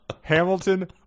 Hamilton